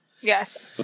Yes